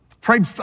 prayed